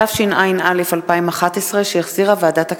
התשע”א 2011, שהחזירה ועדת הכנסת.